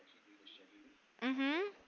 mmhmm